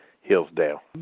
Hillsdale